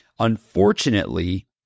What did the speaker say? unfortunately